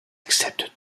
accepte